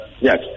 Yes